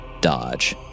Dodge